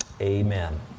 Amen